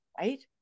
Right